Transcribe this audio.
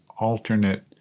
alternate